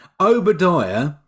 Obadiah